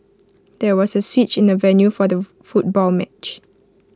there was A switch in the venue for the foot football match